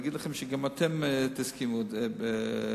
להגיד לכם שגם אתם תסכימו לכך,